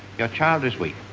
your child is weak.